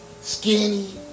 skinny